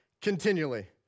continually